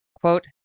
quote